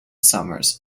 summers